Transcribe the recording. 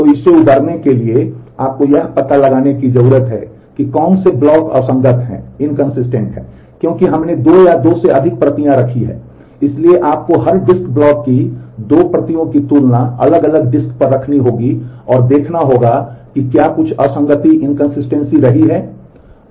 तो इससे उबरने के लिए आपको यह पता लगाने की जरूरत है कि कौन से ब्लॉक असंगत हैं क्योंकि हमने दो या दो से अधिक प्रतियां रखी हैं इसलिए आपको हर डिस्क ब्लॉक की दो प्रतियों की तुलना अलग अलग डिस्क पर रखनी होगी और देखना होगा कि क्या कुछ असंगति रही है